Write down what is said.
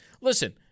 Listen